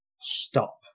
stop